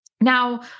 Now